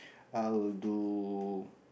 I'll do